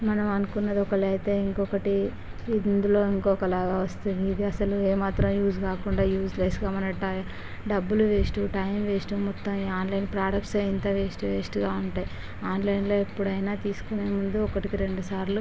మనము అనుకున్నది ఒకటి అయితే ఇంకొకటి ఇందులో ఇంకొక లాగ వస్తుంది ఇది అసలు ఏమాత్రం యూస్ కాకుండా యూస్లెస్గా మన టైం డబ్బులు వేస్ట్ మన టైం వేస్ట్ మొత్తం ఈ ఆన్లైన్ ప్రొడక్ట్స్ ఇంత వేస్టు వేస్టుగా ఉంటాయి ఆన్లైన్లో ఎపుడైనా తీసుకొనే ముందు ఒకటికి రెండు సార్లు